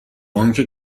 آنکه